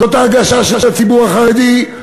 זאת ההרגשה של הציבור החרדי,